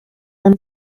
them